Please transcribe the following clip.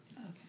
okay